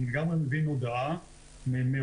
אני לגמרי מבין הודעה מראש,